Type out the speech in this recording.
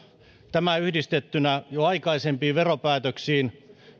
tämä yhdistettynä aikaisempiin veropäätöksiin